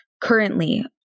currently